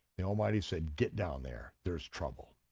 the almighty said get down there, there's trouble.